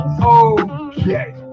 Okay